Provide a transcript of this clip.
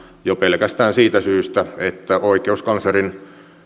jo pelkästään siitä syystä että oikeuskanslerin